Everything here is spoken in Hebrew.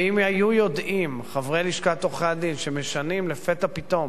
ואם היו יודעים חברי לשכת עורכי-הדין שמשנים לפתע פתאום